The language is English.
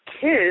kids